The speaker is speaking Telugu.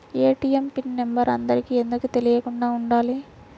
ఏ.టీ.ఎం పిన్ నెంబర్ అందరికి ఎందుకు తెలియకుండా ఉండాలి?